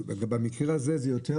במקרה הזה, זה יותר